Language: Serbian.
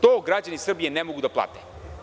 To građani Srbije ne mogu da plate.